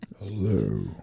Hello